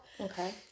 Okay